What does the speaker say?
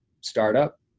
startup